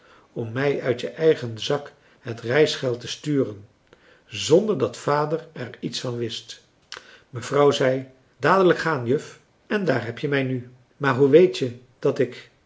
om mij uit je eigen zak het reisgeld te sturen zonder dat vader er iets van wist mevrouw zei dadelijk gaan juf en daar heb je mij nu maar hoe weet je dat ik